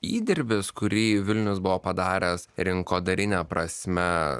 įdirbis kurį vilnius buvo padaręs rinkodarine prasme